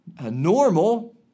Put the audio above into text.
normal